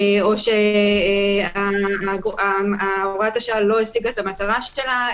או שהוראת השעה לא השיגה את המטרה שלה.